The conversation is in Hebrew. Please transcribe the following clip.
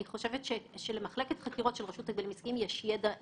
אני חושבת שלמחלקת חקירות של רשות הגבלים עסקיים יש ידע ייחודי.